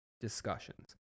discussions